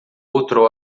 outro